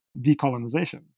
decolonization